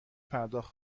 پرداخت